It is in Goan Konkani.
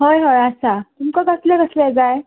हय हय आसा तुमका कसले कसले जाय